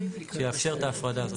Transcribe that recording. שיאפשר את ההפרדה הזאת.